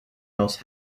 else